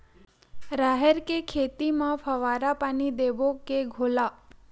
राहेर के खेती म फवारा पानी देबो के घोला?